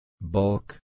Bulk